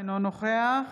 אינו נוכח